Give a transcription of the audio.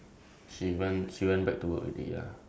like two box like every two days